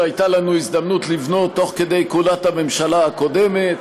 הייתה לנו הזדמנות לבנות תוך כדי כהונת הממשלה הקודמת,